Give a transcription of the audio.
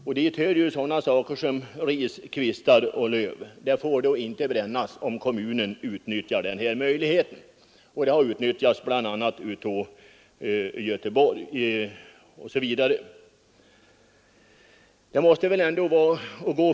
Enligt avgöranden i regeringsrätten förstås med bränning allt slags förbränning, såväl uppgörande av bål utomhus som eldning i vanlig sluten eldstad inomhus.